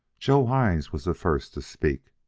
joe hines was the first to speak.